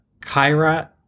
Kyra